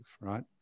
right